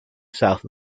south